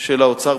של האוצר,